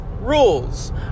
rules